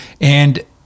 And-